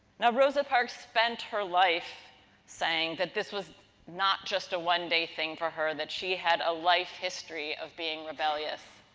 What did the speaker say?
now, rosa parks spent her life saying that this was not just a one day thing for her, that she had a life history of being rebellious.